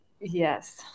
yes